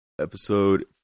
Episode